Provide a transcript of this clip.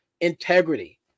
integrity